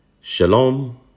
Shalom